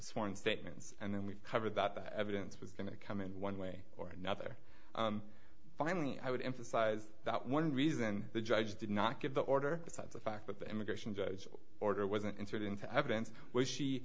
sworn statements and we covered that the evidence was going to come in one way or another finally i would emphasize that one reason the judge did not give the order besides the fact that the immigration judge order wasn't entered into evidence w